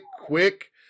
quick